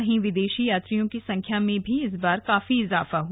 वहीं विदेशी यात्रियों की संख्या में इस बार काफी बढ़ी है